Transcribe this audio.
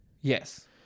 Yes